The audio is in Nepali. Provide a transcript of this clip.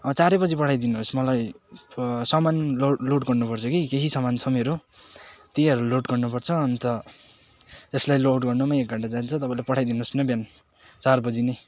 चारैबजी पठाइदिनुहोस् मलाई सामान लो लोड गर्नु पर्छ कि केही सामान छ मेरो त्यहीहरू लोड गर्नुपर्छ अन्त यसलाई लोड गर्नुमा एक घन्टा जान्छ तपाईँले पठाइदिनुहोस् न बिहान चार बजी नै